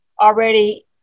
already